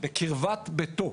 בקרבת ביתו,